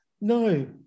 No